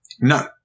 No